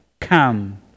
come